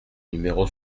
numéro